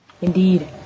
Indeed